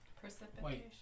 precipitation